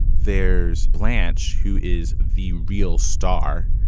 there's blanche, who is the real star.